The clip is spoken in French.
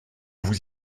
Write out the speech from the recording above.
vous